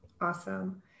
Awesome